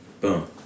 Boom